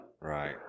Right